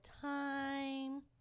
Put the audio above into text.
time